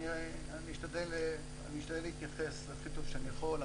אני אשתדל להתייחס הכי טוב שאני יכול.